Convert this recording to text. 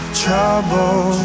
trouble